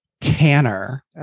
tanner